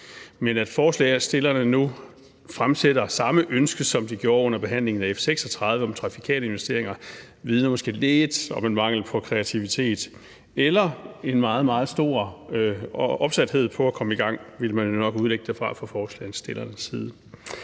men at forslagsstillerne nu fremsætter samme ønske, som de gjorde under behandlingen af F 36 om trafikale investeringer, vidner måske lidt om en mangel på kreativitet – eller en meget, meget stor opsathed efter at komme i gang, vil man jo nok udlægge det som fra forslagsstillernes side.